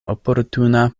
oportuna